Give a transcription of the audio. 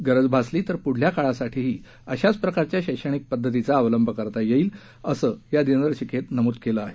गरज भासली तर पुढल्या काळासाठीही अशाच प्रकारच्या शैक्षणिक पद्धतीचा अवलंब करता येईल असं या दिनदर्शिकेत नमूद केलं आहे